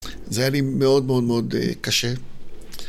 זה היה לי מאוד מאוד מאוד קשה.